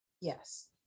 Yes